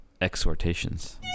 exhortations